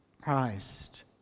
Christ